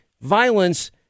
violence